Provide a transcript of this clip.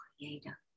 creator